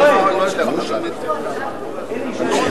כן,